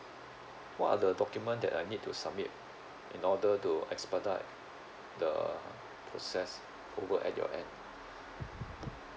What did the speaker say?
what are the document that I need to submit in order to expedite the process over at your end